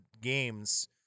games